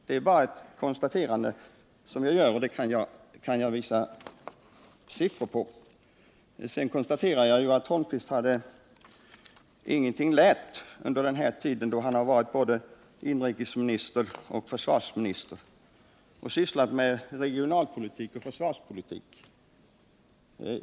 — Det är bara ett konstaterande som jag gör, det kan med siffror bevisas. Jag konstaterar att Eric Holmqvist ingenting lärde under den tid då han var både inrikesminister och försvarsminister och sysslade med regionalpolitik och försvarspolitik.